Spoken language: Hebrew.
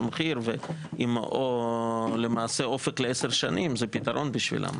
שהצלחנו לעשות בשנים האחרונות,